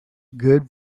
good